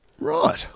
Right